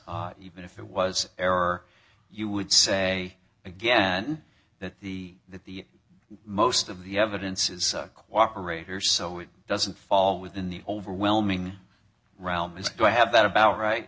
even if it was error or you would say again that the that the most of the evidence is cooperate here so it doesn't fall within the overwhelming realm is a do i have that about right